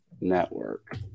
Network